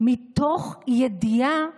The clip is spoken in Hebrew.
מתוך ידיעה